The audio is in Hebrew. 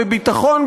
בביטחון,